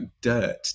dirt